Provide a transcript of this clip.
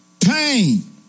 pain